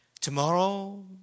Tomorrow